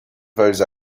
those